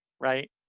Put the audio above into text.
right